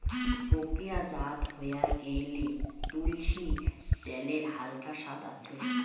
প্রক্রিয়াজাত হয়া গেইলে, তুলসী ত্যালের হালকা সাদ আছে